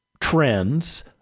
trends